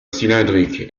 cylindrique